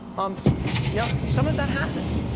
um now some of that happens.